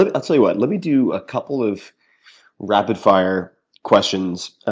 ah i'll tell you what. let me do a couple of rapid fire questions